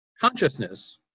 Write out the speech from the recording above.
Consciousness